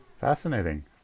Fascinating